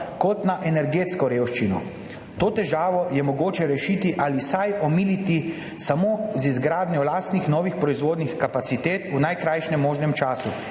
kot na energetsko revščino. To težavo je mogoče rešiti ali vsaj omiliti samo z izgradnjo lastnih novih proizvodnih kapacitet v najkrajšem možnem času